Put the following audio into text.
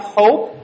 hope